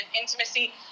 intimacy